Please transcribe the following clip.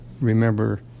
remember